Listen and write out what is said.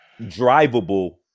drivable